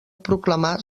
proclamar